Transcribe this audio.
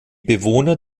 bewohner